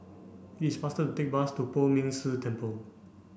it is faster to take the bus to Poh Ming Tse Temple